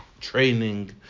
training